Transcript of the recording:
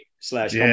Slash